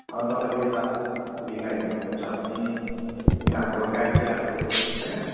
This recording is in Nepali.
अन्त तपाईँले यता दिपावलीमा हेर्नुहुन्छ भने दिवालीमा हाम्रो गाई तिहारहरू होइन